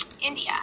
India